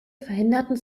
verhinderten